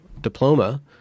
diploma